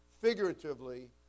figuratively